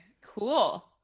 Cool